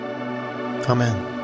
Amen